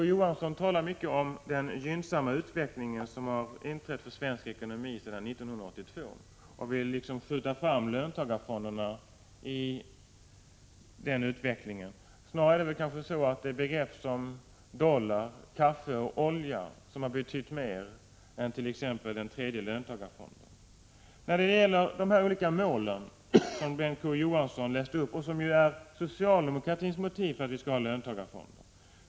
Å. Johansson talar mycket om den gynnsamma utveckling som inträffat i svensk ekonomi sedan 1982 och vill liksom skjuta fram löntagarfonderna i det sammanhanget. Snarare är det så att begrepp som dollar, kaffe och olja har betytt mer än t.ex. den tredje löntagarfonden. Bengt K. Å. Johansson läste upp de olika mål som är socialdemokratins motiv för att vi skall ha löntagarfonder.